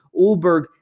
Ulberg